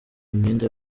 imyenda